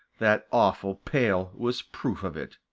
that awful pail was proof of it.